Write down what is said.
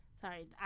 Sorry